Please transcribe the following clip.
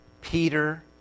Peter